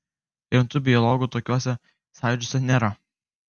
rimtų biologų tokiuose sąjūdžiuose nėra